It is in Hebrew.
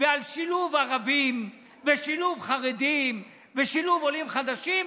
ועל שילוב ערבים ושילוב חרדים ושילוב עולים חדשים,